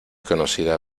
conocida